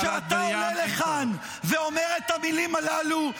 כשאתה עולה לכאן ואומר את המילים הללו,